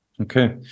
Okay